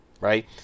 right